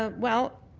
ah well,